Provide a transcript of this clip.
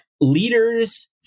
leaders